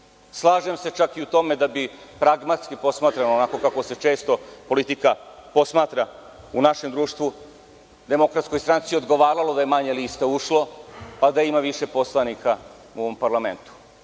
Slažem se čak i u tome da bi pragmatski posmatrano, onako kako se često politika posmatra u našem društvu, Demokratskoj stranci odgovaralo da je manje lista ušlo, a da ima više poslanika u ovom parlamentu,